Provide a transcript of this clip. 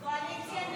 לא נתקבלה.